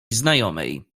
znajomej